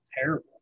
terrible